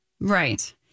Right